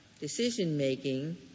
decision-making